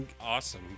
awesome